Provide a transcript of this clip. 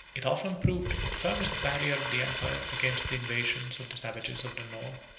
it often proved the firmest barrier of the empire against the invasions of the savages of the north.